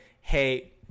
hey